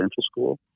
school